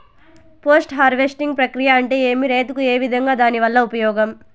Post harvesting ప్రక్రియ అంటే ఏమి? రైతుకు ఏ విధంగా దాని వల్ల ఉపయోగం?